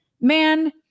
man